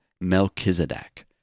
Melchizedek